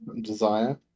desire